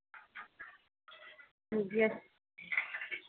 ठीक ऐ